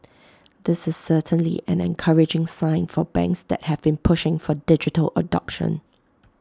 this is certainly an encouraging sign for banks that have been pushing for digital adoption